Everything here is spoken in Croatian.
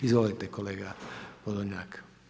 Izvolite kolega Podolnjak.